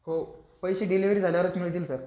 हो पैसे डिलिव्हरी झाल्यावरच मिळतील सर